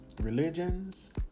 religions